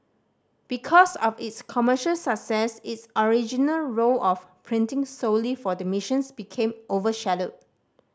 because of its commercial success its original role of printing solely for the missions became overshadowed